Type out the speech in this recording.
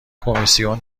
کمیسیون